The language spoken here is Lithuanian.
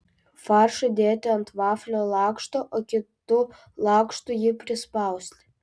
faršą dėti ant vaflio lakšto o kitu lakštu jį prispausti